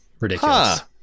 Ridiculous